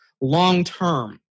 long-term